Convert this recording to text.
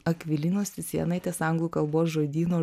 akvilinos cicėnaitės anglų kalbos žodyno